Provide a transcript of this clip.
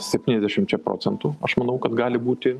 septyniasdešimčia procentų aš manau kad gali būti